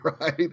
right